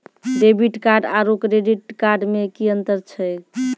Debit card आरू credit card मे कि अन्तर छैक?